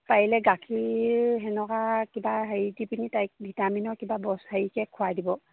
পাৰিলে গাখীৰ তেনেকুৱা কিবা হেৰি দি পিনি তাইক ভিটামিনৰ কিবা বচ হেৰিকে খোৱাই দিব